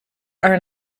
are